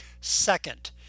second